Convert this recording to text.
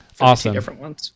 Awesome